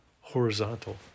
horizontal